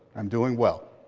i'm doing well.